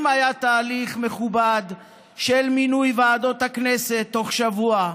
אם היה תהליך מכובד של מינוי ועדות הכנסת תוך שבוע,